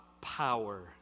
power